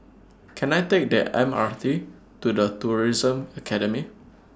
Can I Take The M R T to The Tourism Academy